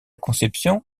conception